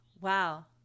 wow